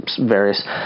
various